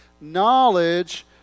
knowledge